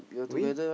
we